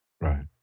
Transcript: Right